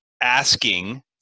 asking